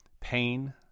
pain